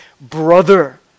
brother